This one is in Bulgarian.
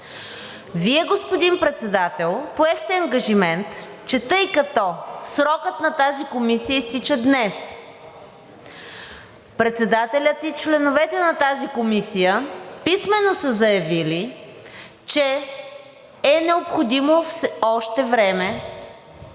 Вие, господин Председател, поехте ангажимент, че тъй като срокът на тази комисия изтича днес, председателят и членовете на тази комисия писмено са заявили, че е необходимо още време,